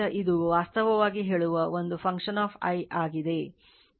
ಆದ್ದರಿಂದ ಇದು ವಾಸ್ತವವಾಗಿ ಹೇಳುವ ಒಂದು function of I ಆಗಿದೆ